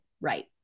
right